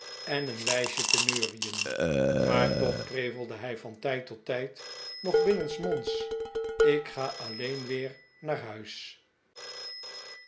en een wijsje te neurien maar toch prevelde hij van tijd tot tijd nog binnensmonds ik ga alleen weer naar huis